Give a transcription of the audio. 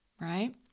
right